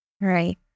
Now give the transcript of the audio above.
Right